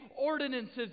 ordinances